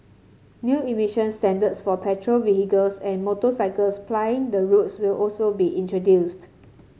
new emission standards for petrol vehicles and motorcycles plying the roads will also be introduced